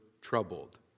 troubled